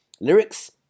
lyrics